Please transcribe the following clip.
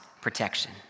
protection